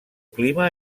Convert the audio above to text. clima